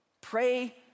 pray